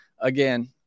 again